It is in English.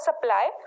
supply